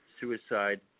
Suicide